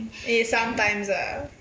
eh sometimes ah